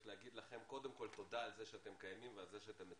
להגיד לכם קודם כל תודה על זה שאתם קיימים ועל זה שאתם מטפלים.